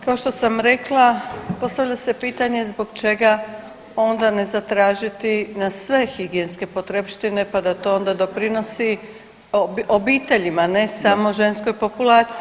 Kao što sam rekla, postavlja se pitanje zbog čega onda ne zatražiti na sve higijenske potrepštine, pa da to onda doprinosi obiteljima, ne samo ženskoj populaciji.